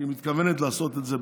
שהיא מתכוונת לעשות את זה,